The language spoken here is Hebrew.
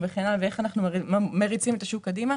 שהם יבואו ויתמקדו בשוק מסוים,